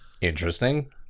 Interesting